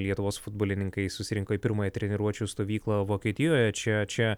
lietuvos futbolininkai susirinko į pirmąją treniruočių stovyklą vokietijoje čia čia